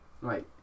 right